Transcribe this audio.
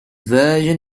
version